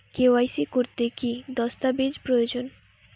KYC করতে কি দস্তাবেজ প্রয়োজন?